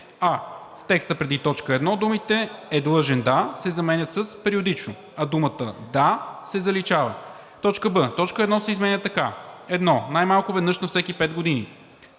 а) в текста преди т. 1 думите „е длъжен да“ се заменят с „периодично“, а думата „да“ се заличава; б) точка 1 се изменя така: „1. най-малко веднъж на всеки 5 години;“;